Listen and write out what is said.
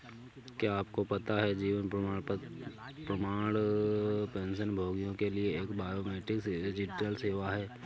क्या आपको पता है जीवन प्रमाण पेंशनभोगियों के लिए एक बायोमेट्रिक डिजिटल सेवा है?